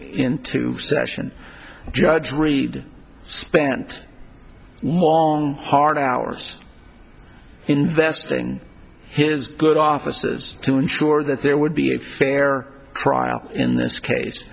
into session judge read spent long hard hours investing hears good offices to ensure that there would be a fair trial in this case